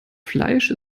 fleisch